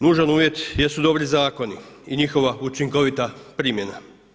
Nužan uvjet jesu dobri zakoni i njihova učinkovita primjena.